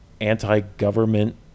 anti-government